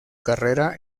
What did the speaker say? carrera